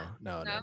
no